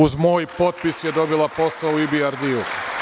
Uz moj potpis je dobila posao u IBRT.